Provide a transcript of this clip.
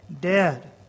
dead